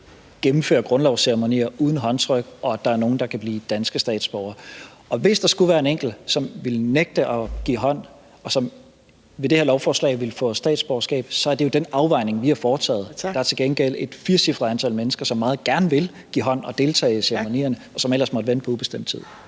gennemfører grundlovsceremonier uden håndtryk, og at der er nogle, der kan blive danske statsborgere. Og hvis der skulle være en enkelt, som ville nægte at give hånd, og som ved det her lovforslag ville få statsborgerskab, så er det jo den afvejning, vi har foretaget. Der er til gengæld et firecifret antal mennesker, som meget gerne vil give hånd og deltage i ceremonierne, og som ellers måtte vente på ubestemt tid.